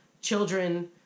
children